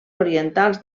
orientals